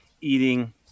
eating